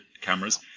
cameras